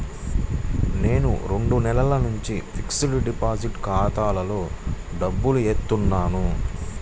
నేను రెండు నెలల నుంచి ఫిక్స్డ్ డిపాజిట్ ఖాతాలో డబ్బులు ఏత్తన్నాను